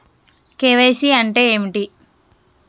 KYC అంటే ఏమిటి?